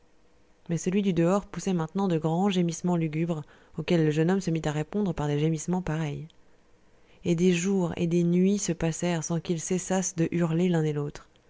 mais celui du dehors poussait maintenant de grands gémissements lugubres auxquels le jeune homme se mit à répondre par des gémissements pareils et des jours et des nuits se passèrent sans qu'ils cessassent de hurler l'un et l'autre